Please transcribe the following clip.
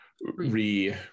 re